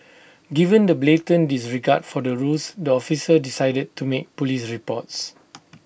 given the blatant disregard for the rules the officer decided to make Police reports